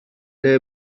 day